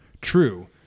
True